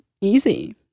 easy